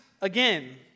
again